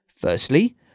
Firstly